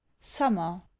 summer